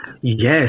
Yes